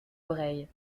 oreilles